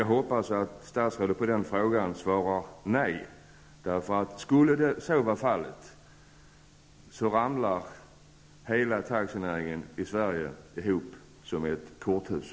Jag hoppas att statsrådet svarar nej på den frågan, för i annat fall ramlar hela taxinäringen i Sverige ihop som ett korthus.